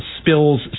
spills